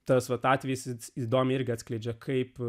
tas vat atvejis įdomiai irgi atskleidžia kaip